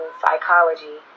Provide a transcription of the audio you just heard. psychology